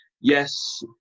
yes